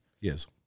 Yes